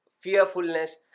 fearfulness